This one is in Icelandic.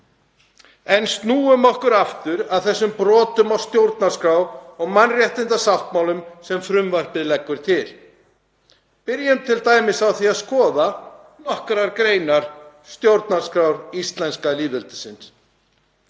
Snúum okkur aftur að þeim brotum gegn stjórnarskrá og mannréttindasáttmálum sem frumvarpið leggur til. Byrjum t.d. á því að skoða nokkrar greinar stjórnarskrár íslenska lýðveldisins.